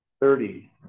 thirty